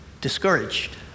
discouraged